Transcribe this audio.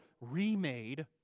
remade